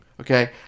okay